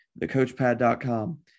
thecoachpad.com